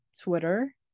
Twitter